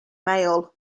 mail